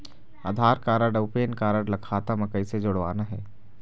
आधार card अऊ PAN card ला खाता म कइसे जोड़वाना हे?